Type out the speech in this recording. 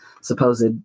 supposed